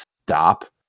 stop